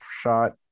shot